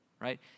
right